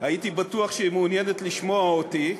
הייתי בטוח שהיא מעוניינת לשמוע אותי.